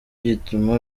gituma